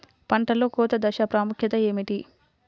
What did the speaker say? పంటలో కోత దశ ప్రాముఖ్యత ఏమిటి?